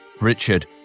Richard